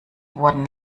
wurden